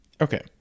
Okay